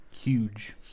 Huge